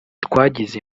twagize